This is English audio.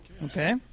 Okay